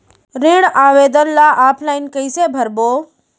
ऋण आवेदन ल ऑफलाइन कइसे भरबो?